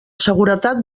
seguretat